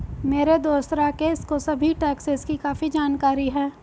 मेरे दोस्त राकेश को सभी टैक्सेस की काफी जानकारी है